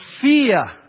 fear